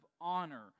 honor